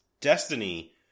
destiny